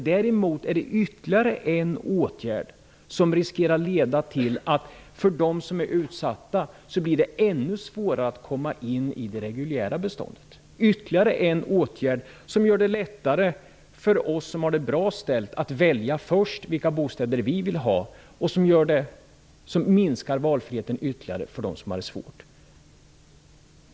Däremot är det ytterligare en åtgärd som riskerar att leda till att det blir ännu svårare för dem redan är utsatta att komma in i det reguljära beståndet, som gör det lättare för oss som har det bra ställt att välja först vilka bostäder vi vill ha och som ytterligare minskar valfriheten för dem som har det svårt.